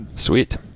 Sweet